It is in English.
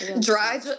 Dry